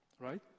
right